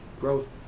growth